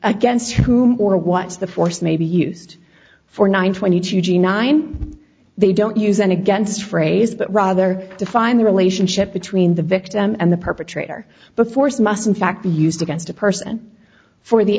against whom or watch the force may be used for nine twenty two g nine they don't use and against phrase but rather define the relationship between the victim and the perpetrator but force must in fact be used against a person for the